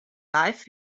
live